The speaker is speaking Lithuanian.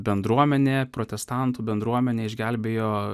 bendruomenė protestantų bendruomenė išgelbėjo